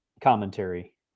commentary